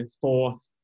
fourth